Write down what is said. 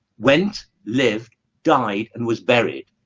went lived died and was buried.